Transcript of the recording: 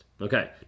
Okay